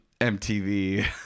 MTV